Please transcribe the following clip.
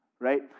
right